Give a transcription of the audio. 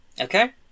Okay